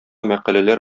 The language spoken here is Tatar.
мәкаләләр